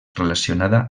relacionada